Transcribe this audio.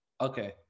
Okay